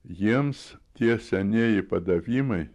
jiems tie senieji padavimai